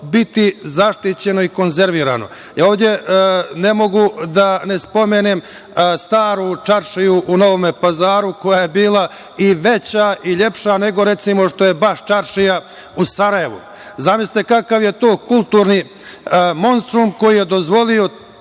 biti zaštićeno i konzervirano. Ovde ne mogu da ne spomenem Staru čaršiju u Novom Pazaru, koja je bila i veća i lepša nego, recimo, što je Baš-čaršija u Sarajevu. Zamislite kakav je to kulturni monstrum koji je dozvolio